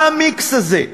מה המיקס הזה?